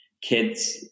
Kids